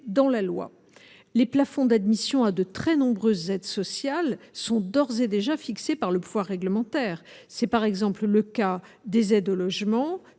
dans la loi les plafonds d'admissions à de très nombreuses aides sociales sont d'ores et déjà fixé par le pouvoir réglementaire, c'est par exemple le cas des aides au logement